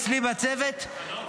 אצלי בצוות,